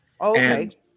Okay